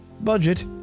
Budget